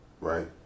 Right